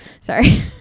Sorry